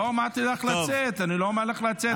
לא אמרתי לך לצאת, אני לא אומר לך לצאת.